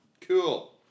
Cool